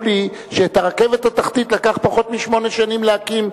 לי שאת הרכבת התחתית לקח פחות משמונה שנים להקים.